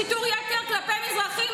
שיטור יתר כלפי מזרחים,